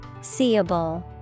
Seeable